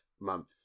month